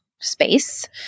space